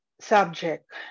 subject